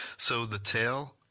so, the tail,